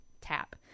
tap